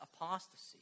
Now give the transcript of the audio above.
apostasy